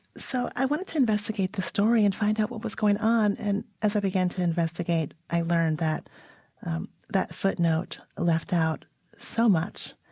so i wanted to investigate the story and find out what was going on and, as i began to investigate, i learned that that footnote left out so much.